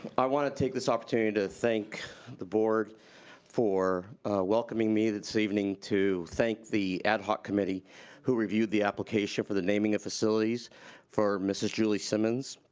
i want to take this opportunity to thank the board for welcoming me this evening, to thank the ad hoc committee who reviewed the application for the naming of facilities for mrs. julie simmons.